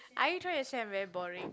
are you trying to say I'm very boring